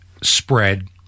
spread